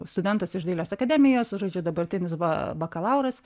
studentas iš dailės akademijos žodžiu dabartinis va bakalauras